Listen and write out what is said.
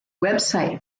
website